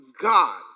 God